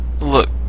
look